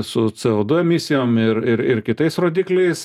su c o du emisijom ir ir ir kitais rodikliais